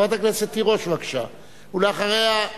חברת הכנסת תירוש, בבקשה, ואחריה,